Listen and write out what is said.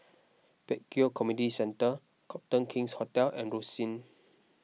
Pek Kio Community Centre Copthorne King's Hotel and Rosyth